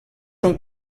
són